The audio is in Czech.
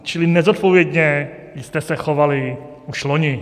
Čili nezodpovědně jste se chovali už loni.